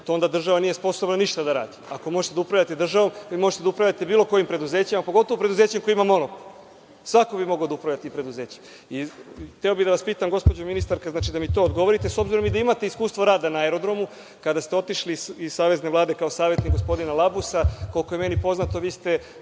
to onda država nije sposobna ništa da radi. Ako možete da upravljate državom, vi možete da upravljate bilo kojim preduzećem, pogotovo preduzećem koje ima monopol. Svako bi mogao da upravlja tim preduzećem. Hteo bih da vas pitam, gospođo ministarka, da mi to odgovorite, s obzirom i da imate iskustva rada na Aerodromu, kada ste otišli iz Savezne vlade kao savetnik gospodina Labusa, koliko je meni poznato, vi ste